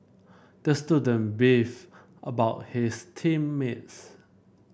the student beefed about his team mates